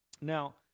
Now